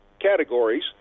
categories